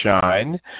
shine